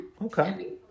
Okay